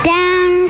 Down